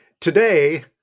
Today